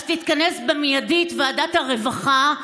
אז תתכנס מיידית ועדת הרווחה,